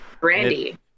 Brandy